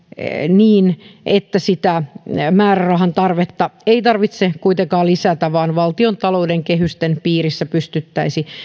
niin että määrärahan tarvetta ei tarvitse kuitenkaan lisätä vaan valtiontalouden kehysten piirissä pystyttäisiin